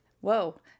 whoa